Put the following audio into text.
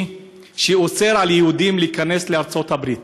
שאוסר על יהודים להיכנס לארצות-הברית.